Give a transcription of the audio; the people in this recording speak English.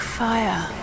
fire